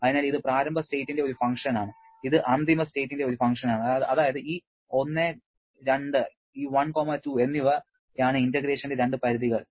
അതിനാൽ ഇത് പ്രാരംഭ സ്റ്റേറ്റിന്റെ ഒരു ഫങ്ക്ഷന് ആണ് ഇത് അന്തിമ സ്റ്റേറ്റിന്റെ ഒരു ഫങ്ക്ഷന് ആണ് അതായത് ഈ 1 2 എന്നിവയാണ് ഇന്റഗ്രേഷന്റെ രണ്ട് പരിധികൾ